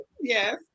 yes